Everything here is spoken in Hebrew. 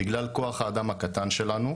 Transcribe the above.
בגלל כוח האדם הקטן שלנו,